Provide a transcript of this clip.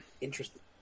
interesting